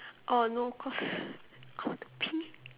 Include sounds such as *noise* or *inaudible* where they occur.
oh no cause *laughs* I want to pee